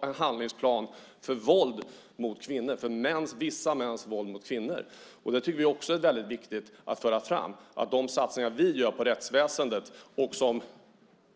en handlingsplan som gäller våld mot kvinnor - vissa mäns våld mot kvinnor. Det tycker vi också är viktigt att föra fram. De satsningar vi gör på rättsväsendet vill